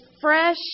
fresh